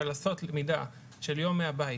אבל לעשות למידה של יום מהבית,